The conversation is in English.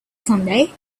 someday